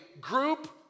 group